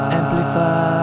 amplify